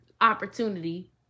opportunity